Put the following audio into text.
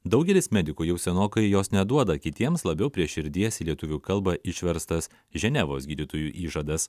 daugelis medikų jau senokai jos neduoda kitiems labiau prie širdies į lietuvių kalbą išverstas ženevos gydytojų įžadas